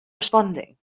responding